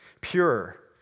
pure